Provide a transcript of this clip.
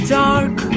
dark